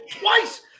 twice